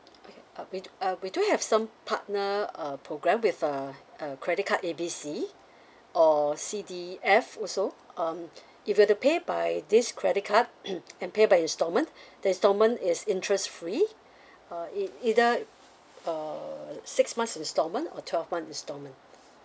okay uh we uh we do have some partner uh program with uh uh credit card A B C or C_D_F also um if you were to pay by this credit card can pay by installment the installment is interest free uh eit~ either uh six months installment or twelve installment